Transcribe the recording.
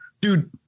dude